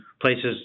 places